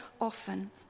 often